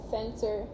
Center